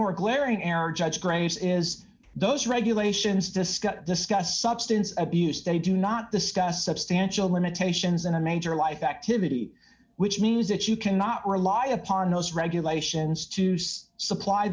more glaring error judge grants is those regulations diskette discussed substance abuse they do not discuss substantial limitations in a major life activity which means that you cannot rely upon those regulations to use supply